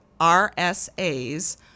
RSAs